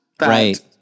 Right